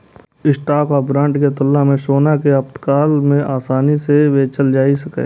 stock आ bond के तुलना मे सोना कें आपातकाल मे आसानी सं बेचल जा सकैए